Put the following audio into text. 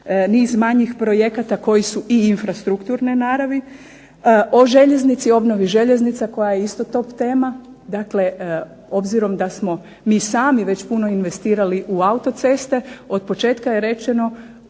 niz manjih projekata koji su i infrastrukturne naravi. O željeznici, obnovi željeznice koja je isto top tema, dakle obzirom da smo mi sami već puno investirali u autoceste od početka je rečeno